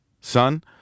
son